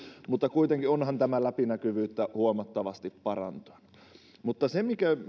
mutta onhan tämä kuitenkin läpinäkyvyyttä huomattavasti parantanut mutta se mikä